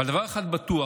אבל דבר אחד בטוח,